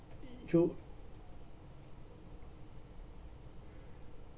true